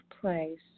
place